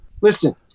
Listen